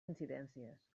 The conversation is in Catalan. incidències